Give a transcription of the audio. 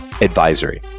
Advisory